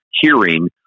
hearing